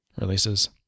releases